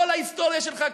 כל ההיסטוריה שלך,